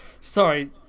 sorry